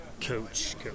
coach